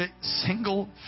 single